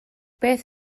beth